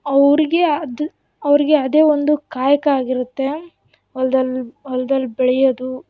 ಅವ್ರಿಗೆ ಅದು ಅವ್ರಿಗೆ ಅದೇ ಒಂದು ಕಾಯಕ ಆಗಿರುತ್ತೆ ಹೊಲ್ದಲ್ ಹೊಲ್ದಲ್ಲಿ ಬೆಳ್ಯೋದು